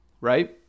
Right